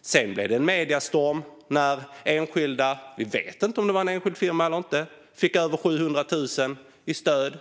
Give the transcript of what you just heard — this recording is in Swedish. Sedan blev det en mediestorm när det vi tror var en enskild firma - vi vet inte om det var en enskild firma eller inte - fick över 700 000 i stöd.